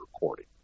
recording